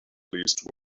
least